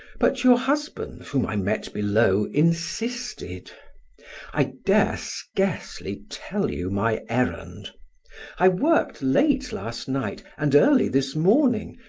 but your husband, whom i met below, insisted i dare scarcely tell you my errand i worked late last night and early this morning,